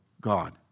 God